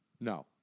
No